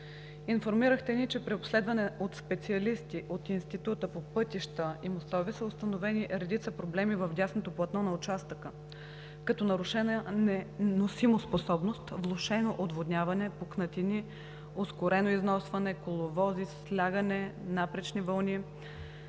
Информирахте ни, че при обследване от специалисти от Института по пътища и мостове са установени редица проблеми в дясното платно на участъка, като нарушена носимоспособност, влошено отводняване, пукнатини, ускорено износване, коловози със слягане, напречни вълни